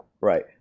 Right